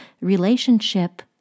relationship